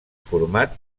format